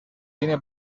tiene